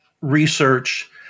research